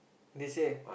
they say